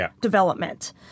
development